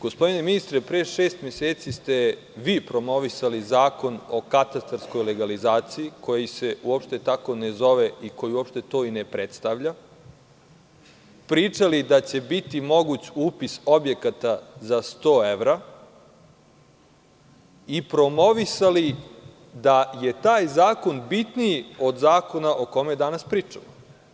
Gospodine ministre, pre šest meseci ste vi promovisali zakon o katastarskoj legalizaciji, koji se uopšte tako ne zove i koji uopšte to i ne predstavlja, pričali da će biti moguć upis objekata za 100 evra i promovisali da je taj zakon bitniji od zakona o kome danas pričamo.